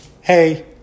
hey